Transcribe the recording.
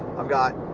i've got